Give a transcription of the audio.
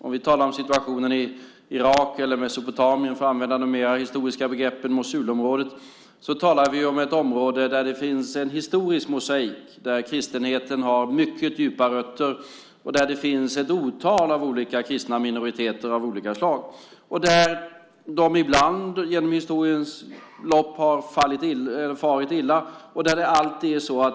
Om vi talar om situationen i Irak, eller Mesopotamien för att använda de mer historiska begreppen, Mosulområdet, talar vi om ett område där det finns en historisk mosaik, där kristenheten har mycket djupa rötter och där det finns ett otal olika kristna minoriteter av olika slag. Där har de ibland genom historiens lopp farit illa.